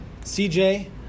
CJ